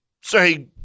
say